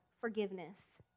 forgiveness